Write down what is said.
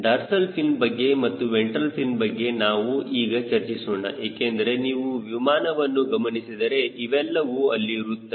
dorsal fin ಬಗ್ಗೆ ಮತ್ತು ventral fin ಬಗ್ಗೆ ನಾವು ಈಗ ಚರ್ಚಿಸೋಣ ಏಕೆಂದರೆ ನೀವು ವಿಮಾನವನ್ನು ಗಮನಿಸಿದರೆ ಇವೆಲ್ಲವೂ ಅಲ್ಲಿ ಇರುತ್ತವೆ